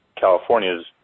California's